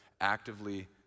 actively